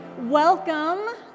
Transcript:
Welcome